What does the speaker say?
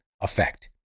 effect